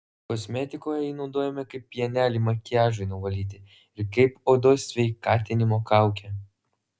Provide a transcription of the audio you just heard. kosmetikoje jį naudojame kaip pienelį makiažui nuvalyti ir kaip odos sveikatinimo kaukę